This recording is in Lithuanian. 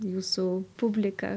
jūsų publiką